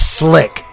slick